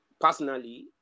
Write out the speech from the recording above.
personally